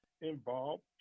involved